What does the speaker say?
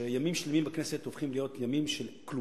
שימים שלמים בכנסת הופכים להיות ימים של כלום,